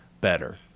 better